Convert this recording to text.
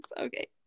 Okay